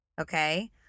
okay